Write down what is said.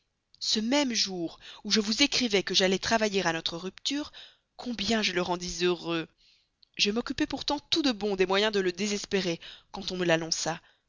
ce même jour où je vous écrivais que j'allais travailler à notre rupture combien je le rendis heureux je m'occupais pourtant tout de bon des moyens de le désespérer quand on me l'annonça